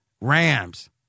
Rams